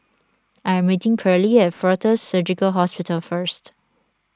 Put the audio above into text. I am meeting Pearle at fortis Surgical Hospital first